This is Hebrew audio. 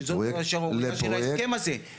שזאת השערורייה של ההסכם הזה,